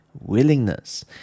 willingness